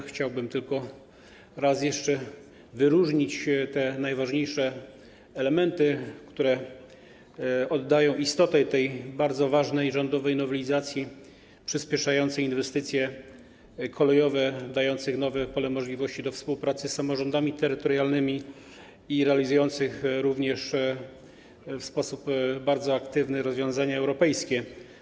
Chciałbym tylko raz jeszcze wyróżnić te najważniejsze elementy, które oddają istotę tej bardzo ważnej rządowej nowelizacji przyspieszającej inwestycje kolejowe, dającej nowe możliwości współpracy z samorządami terytorialnymi i realizującej również w sposób bardzo aktywny rozwiązania europejskie.